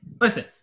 listen